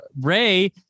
Ray